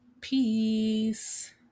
Peace